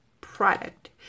product